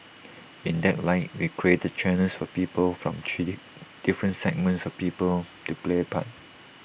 in that light we created channels for people from three different segments of people to play A part